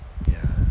ya